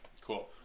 Cool